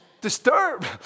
disturbed